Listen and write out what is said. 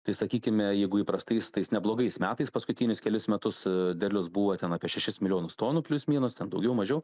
tai sakykime jeigu įprastais tais neblogais metais paskutinius kelis metus derlius buvo ten apie šešis milijonus tonų plius minus ten daugiau mažiau